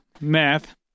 math